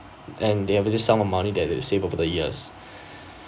and they have this sum of money that they save over the years